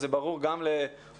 זה ברור גם להורים,